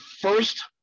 first